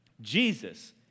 Jesus